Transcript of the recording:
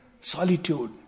Solitude